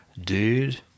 Dude